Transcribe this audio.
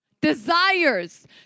desires